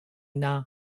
ne’a